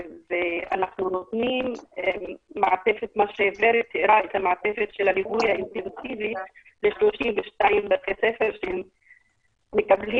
אנחנו נותנים מעטפת של ליווי אינטנסיבי ל-32 בתי ספר שמקבלים